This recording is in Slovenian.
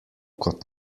kot